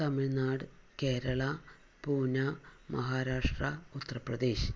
Tamil Nadu Kerala Pune Maharashtra Uttar Pradesh